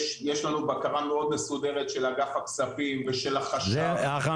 יש לנו בקרה מאוד מסודרת של אגף הכספים ושל החשב.